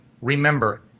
remember